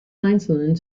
einzelnen